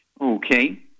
Okay